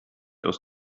aus